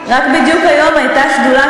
בדיוק היום הייתה שדולה,